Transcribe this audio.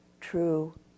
true